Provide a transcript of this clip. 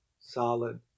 solid